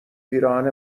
پیراهن